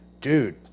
dude